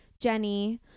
Jenny